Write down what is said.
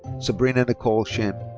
sabrina nicole